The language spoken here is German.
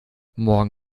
morgen